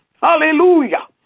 hallelujah